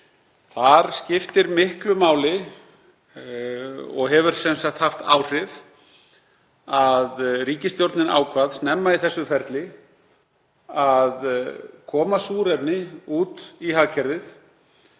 Þar skiptir miklu máli og hefur haft áhrif að ríkisstjórnin ákvað snemma í þessu ferli að koma súrefni út í hagkerfið.